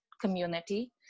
community